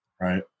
Right